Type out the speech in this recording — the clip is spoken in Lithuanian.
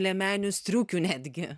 liemenių striukių netgi